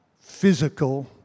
physical